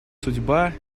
судьба